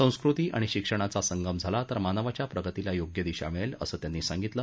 संस्कृती आणि शिक्षणाचा संगम झाला तर मानवाच्या प्रगतीला योग्य दिशा मिळेल असं त्यांनी सांगितलं